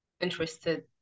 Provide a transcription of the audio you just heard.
interested